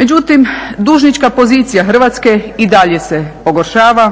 Međutim, dužnička pozicija Hrvatske i dalje se pogoršava,